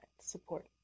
Support